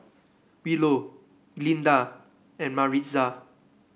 Willow Glinda and Maritza